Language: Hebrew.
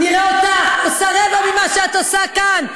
נראה אותך עושה רבע ממה שאת עושה כאן,